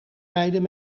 rijden